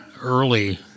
early